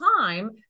time